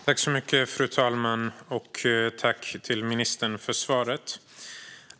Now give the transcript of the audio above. Fru talman! Tack, ministern, för svaret!